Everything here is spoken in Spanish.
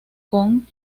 con